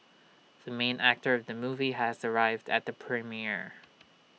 the main actor of the movie has arrived at the premiere